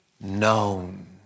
known